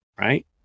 right